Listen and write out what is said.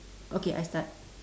okay I start